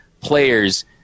players